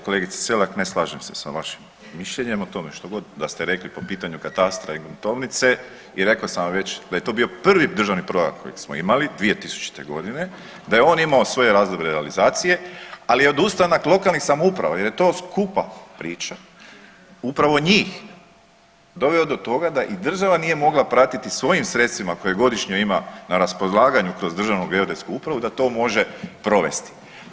Kolegice SElak ne slažem se sa vašim mišljenjem o tome štogod da ste rekli po pitanju katastra i gruntovnice i rekao sam vam već da je to bio prvi državni … kojeg smo imali 2000.g. da je on imao svoje razloge realizacije, ali odustanak lokalnih samouprava jer je to skupa priča, upravo njih doveo do toga da i država nije mogla pratiti svojim sredstvima koje godišnje ima na raspolaganju kroz Državnu geodetsku upravu da to može provesti.